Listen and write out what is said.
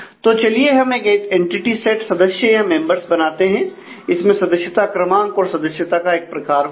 तो चलिए हम एक एंटिटी सेट सदस्य या मेंबर्स बनाते हैं इसमें सदस्यता क्रमांक और सदस्यता का प्रकार होगा